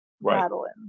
Madeline